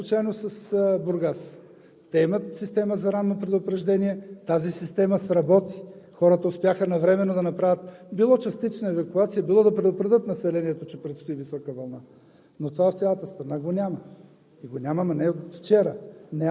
Но за мен също е важно да ги има тези планове. Дадох пример неслучайно с Бургас. Те имат система за ранно предупреждение, тази система сработи. Хората успяха навреме да направят било частична евакуация, било да предупредят населението, че предстои висока вълна,